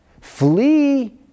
Flee